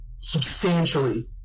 substantially